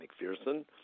McPherson